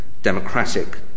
democratic